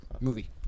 Movie